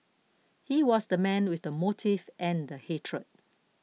he was the man with the motive and the hatred